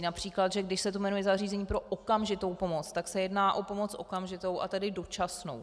Například že když se to jmenuje zařízení pro okamžitou pomoc, tak se jedná o pomoc okamžitou, a tedy dočasnou.